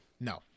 No